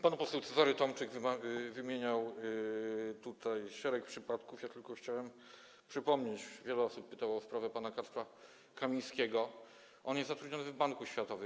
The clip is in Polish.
Pan poseł Cezary Tomczyk wymieniał tutaj szereg przypadków, a ja tylko chciałem przypomnieć, bo wiele osób pytało o sprawę pana Kacpra Kamińskiego, że on jest zatrudniony w Banku Światowym.